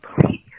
Please